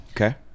Okay